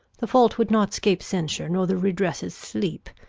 the fault would not scape censure, nor the redresses sleep,